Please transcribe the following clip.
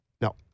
No